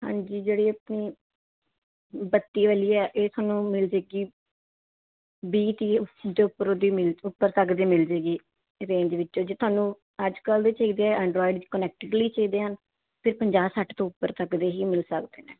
ਹਾਂਜੀ ਜਿਹੜੀ ਆਪਣੀ ਬੱਤੀ ਵਾਲੀ ਹੈ ਇਹ ਤੁਹਾਨੂੰ ਮਿਲ ਜਾਏਗੀ ਵੀਹ ਤੀਹ ਜੋ ਉਪਰੋਂ ਉਹਦੀ ਮਿਲ ਉੱਪਰ ਤੱਕ ਦੀ ਮਿਲ ਜਾਏਗੀ ਰੇਂਜ ਵਿੱਚ ਜੇ ਤੁਹਾਨੂੰ ਅੱਜ ਕੱਲ੍ਹ ਦੇ ਚਾਹੀਦੇ ਆ ਐਂਡਰਾਇਡ ਕਨੈਕਟਲੀ ਚਾਹੀਦੇ ਹਨ ਫਿਰ ਪੰਜਾਹ ਸੱਠ ਤੋਂ ਉੱਪਰ ਤੱਕ ਦੇ ਹੀ ਮਿਲ ਸਕਦੇ ਨੇ